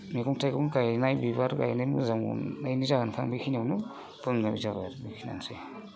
मैगं थाइगं गायनाय बिबार गायनाय मोजां मोननायनि जाहोनखो आं बेखिनियावनो बुंनाय जाबाय आरो बेखिनियानोसै